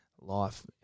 life